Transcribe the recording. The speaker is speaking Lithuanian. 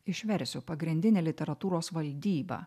išversiu pagrindinė literatūros valdyba